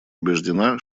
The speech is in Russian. убеждена